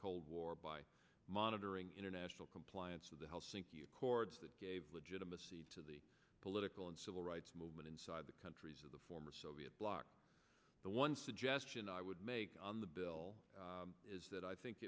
cold war by monitoring international compliance with the helsinki accords that gave legitimacy to the political and civil rights movement inside the countries of the former soviet bloc the one suggestion i would make on the bill is that i think